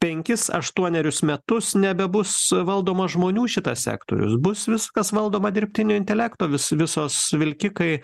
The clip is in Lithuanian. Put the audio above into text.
penkis aštuonerius metus nebebus valdomas žmonių šitas sektorius bus viskas valdoma dirbtinio intelekto vis visos vilkikai